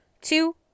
Two